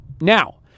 Now